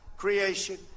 creation